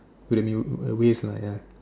would've been a waste lah ya